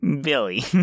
Billy